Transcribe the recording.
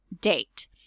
date